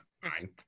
fine